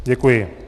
Děkuji.